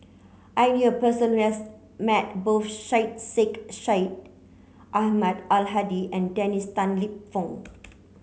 I knew a person who has met both Syed Sheikh Syed Ahmad Al Hadi and Dennis Tan Lip Fong